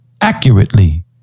accurately